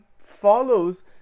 follows